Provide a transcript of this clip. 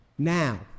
Now